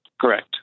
Correct